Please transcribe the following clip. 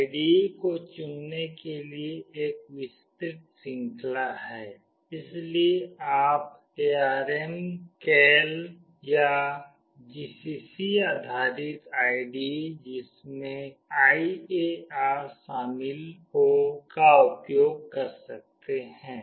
IDE को चुनने के लिए एक विस्तृत श्रृंखला है इसलिए आप ARM Keil या GCC आधारित IDE जिसमें IAR शामिल हो का उपयोग कर सकते हैं